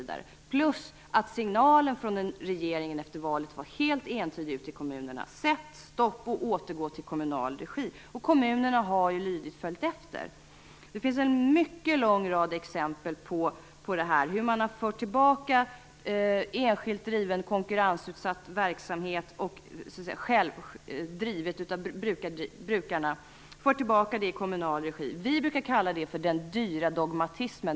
Dessutom var signalen från regeringen efter valet helt entydig ute i kommunerna: Sätt stopp och återgå till kommunal regi! Kommunerna har lydigt följt efter. Det finns en mycket lång rad exempel på hur man fört tillbaka enskilt brukardriven konkurrensutsatt verksamhet i kommunal regi. Vi brukar kalla det för den dyra dogmatismen.